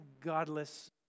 godless